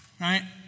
right